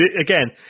again